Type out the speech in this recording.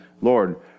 Lord